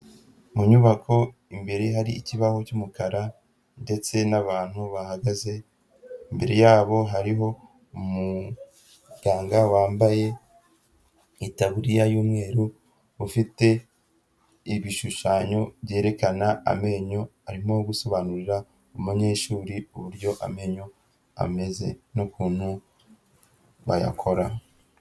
Mu nyubako imbere hari ikibaho cy'umukara ndetse n'abantu bahagaze, imbere yabo hariho umuganga wambaye itaburiya y'umweru ufite ibishushanyo byerekana amenyo, arimo gusobanurira umunyeshuri uburyo amenyo ameze n'ukuntu bayakora.